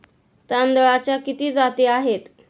तांदळाच्या किती जाती आहेत?